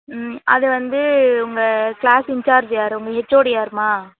ம் அது வந்து உங்கள் க்ளாஸ் இன்சார்ஜ் யார் உங்கள் ஹெச்ஓடி யாரும்மா